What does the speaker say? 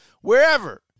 wherever